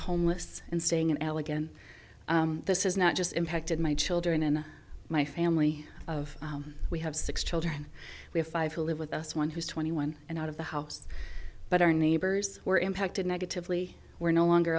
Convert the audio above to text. homeless and staying in allegan this is not just impacted my children and my family of we have six children we have five who live with us one who's twenty one and out of the house but our neighbors were impacted negatively we're no longer